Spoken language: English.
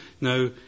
Now